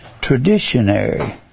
traditionary